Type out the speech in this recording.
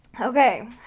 Okay